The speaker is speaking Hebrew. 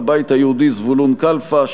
הבית היהודי: זבולון קלפה.